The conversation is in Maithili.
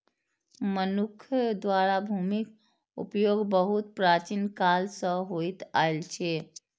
मनुक्ख द्वारा भूमिक उपयोग बहुत प्राचीन काल सं होइत आयल छै